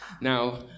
Now